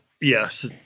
Yes